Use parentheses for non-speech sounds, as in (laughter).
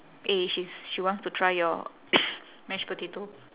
eh she's she wants to try your (coughs) mashed potato